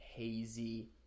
hazy